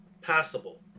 passable